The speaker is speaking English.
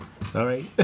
sorry